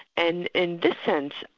and in this sense,